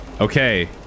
Okay